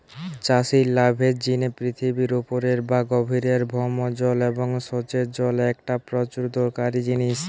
চাষির লাভের জিনে পৃথিবীর উপরের বা গভীরের ভৌম জল এবং সেচের জল একটা প্রচুর দরকারি জিনিস